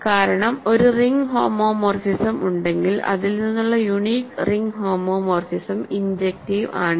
കാരണം ഒരു ring homomorphism ഉണ്ടെങ്കിൽ ഇതിൽ നിന്നുള്ള യൂണീക് റിംഗ് ഹോമോമോർഫിസം ഇൻജെക്ടിവ് ആണ്